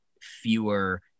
fewer